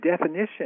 definition